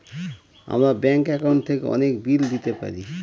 আমরা bank account থেকে অনেক বিল দিতে পারি